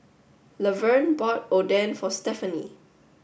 Laverne bought Oden for Stefani